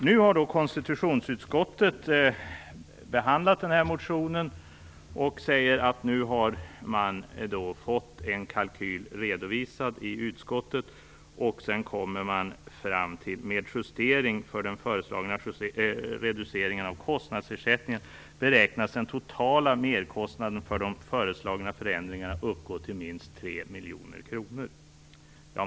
Nu har då konstitutionsutskottet behandlat den här motionen. Man säger att man nu har fått en kalkyl redovisad i utskottet. Sedan kommer man fram med en justering för den föreslagna reduceringen av kostnadsersättningen. Den totala merkostnaden för de föreslagna förändringarna beräknas uppgå till minst 3 miljoner kronor.